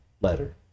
letter